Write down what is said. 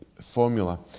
formula